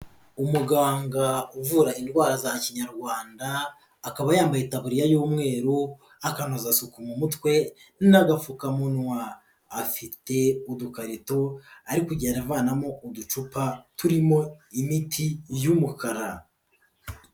Umuganga uvura indwara za Kinyarwanda akaba yambaye itaburiya y'umweru, akanozasuku mu mutwe n'agapfukamunwa, afite udukarito ari kugenda avanamo uducupa turimo imiti y'umukara.